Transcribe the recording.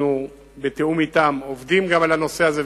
אנחנו בתיאום אתן עובדים גם על הנושא הזה,